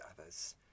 others